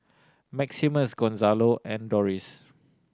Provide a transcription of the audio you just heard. Maximus Gonzalo and Doris